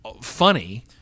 funny